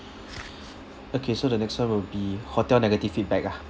okay so the next [one] will be hotel negative feedback lah